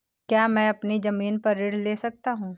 क्या मैं अपनी ज़मीन पर ऋण ले सकता हूँ?